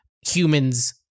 humans